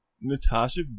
Natasha